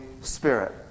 Spirit